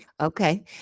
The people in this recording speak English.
Okay